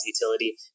utility